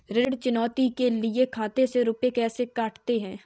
ऋण चुकौती के लिए खाते से रुपये कैसे कटते हैं?